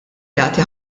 jagħti